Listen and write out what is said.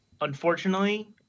unfortunately